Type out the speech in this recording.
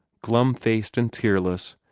glum-faced and tearless,